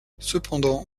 cependant